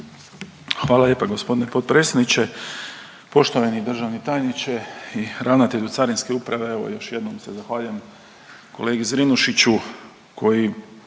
Hvala lijepa gospodine potpredsjedniče. Poštovani državni tajniče i ravnatelju Carinske uprave evo još jednom se zahvaljujem kolegi Zrinušiću koji